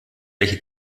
welche